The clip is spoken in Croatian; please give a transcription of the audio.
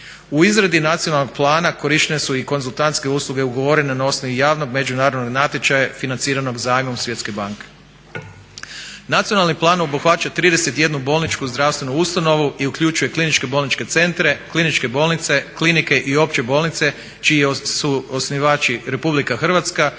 U izradi nacionalnog plana korištene su i konzultantske usluge ugovore na osnovi javnog međunarodnog natječaja financiranog zajmom Svjetske banke. Nacionalni plan obuhvaća 31 bolničku zdravstvenu ustanovu i uključuje kliničke bolničke centre, kliničke bolnice, klinike i opće bolnice čiji su osnivači RH odnosno